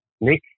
Nick